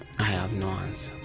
have no